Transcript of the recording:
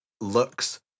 looks